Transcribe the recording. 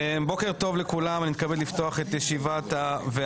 בוקר טוב לכולם, אני מתכבד לפתוח את ישיבת הוועדה.